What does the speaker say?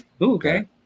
Okay